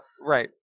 right